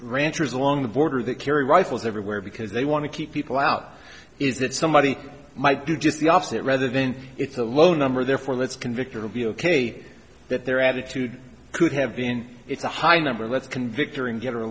ranchers along the border that carry rifles everywhere because they want to keep people out is that somebody might do just the opposite rather than it's a low number therefore that's convicted will be ok that their attitude could have been it's a high number let's convict her and get her